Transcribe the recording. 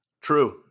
True